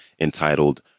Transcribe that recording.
entitled